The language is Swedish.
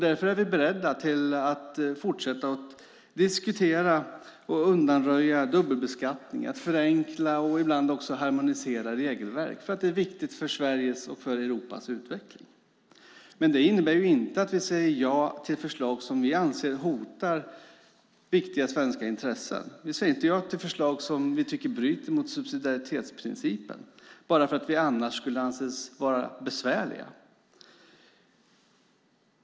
Därför är vi beredda att fortsätta diskutera och undanröja dubbelbeskattning och att förenkla och ibland också harmonisera regelverk för att det är viktigt för Europas och Sveriges utveckling. Men detta innebär inte att vi säger ja till förslag som vi anser hotar viktiga svenska intressen. Vi säger inte ja till förslag som vi tycker bryter mot subsidiaritetsprincipen bara för att vi annars skulle anses besvärliga.